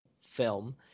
film